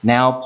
Now